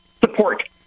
support